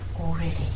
already